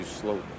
slowly